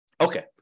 Okay